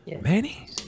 Manny